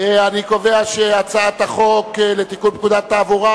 להעביר את הצעת חוק לתיקון פקודת התעבורה